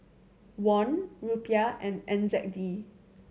Won Rupiah and N Z D